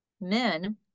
men